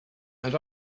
and